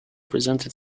presented